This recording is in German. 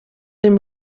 dem